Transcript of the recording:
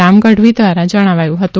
રામ ગઢવી દ્વારા જણાવાયું હતું